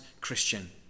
Christian